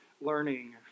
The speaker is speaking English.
learning